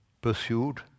pursued